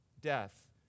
death